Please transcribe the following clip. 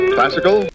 Classical